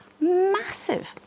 massive